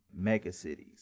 megacities